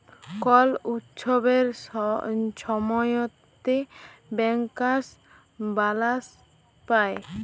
call উৎসবের ছময়তে ব্যাংকার্সরা বলাস পায়